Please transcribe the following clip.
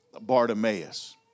Bartimaeus